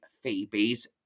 Phoebe's